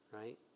right